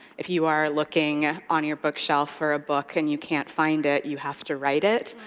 if you are looking on your bookshelf for a book and you can't find it, you have to write it.